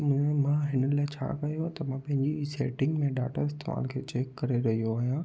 त मूं मां हिन लाइ छा कयो त मां पंहिंजी सेटिंग में डाटा इस्तेमालु खे चैक करे रहियो आहियां